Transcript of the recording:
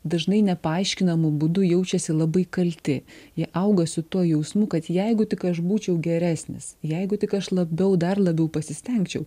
dažnai nepaaiškinamu būdu jaučiasi labai kalti jie auga su tuo jausmu kad jeigu tik aš būčiau geresnis jeigu tik aš labiau dar labiau pasistengčiau